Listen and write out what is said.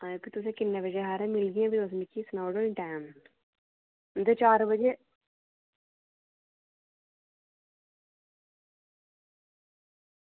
तुस मिगी किन्ने बजे हारे मिलगे तुस मिगी सुनाई ओड़ो ना टैम ते चार बजे